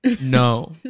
no